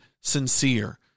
sincere